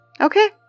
Okay